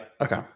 okay